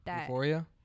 Euphoria